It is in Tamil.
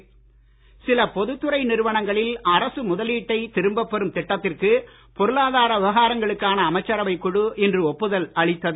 பங்கு விற்பனை சில பொது துறை நிறுவனங்களில் அரசு முதலீட்டை திரும்ப பெறும் திட்டத்திற்கு பொருளாதார விவகாரங்களுக்கான அமைச்சரவை குழு இன்று ஒப்புதல் அளித்தது